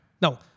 Now